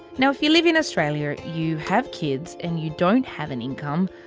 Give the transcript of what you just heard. now if you live in australia, you have kids and you don't have an income,